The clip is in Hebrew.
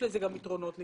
יש לזה גם יתרונות לפעמים,